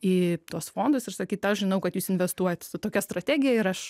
į tuos fondus ir sakyt aš žinau kad jūs investuojat su tokia strategija ir aš